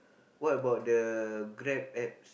what about the Grab App